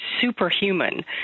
superhuman